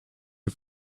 you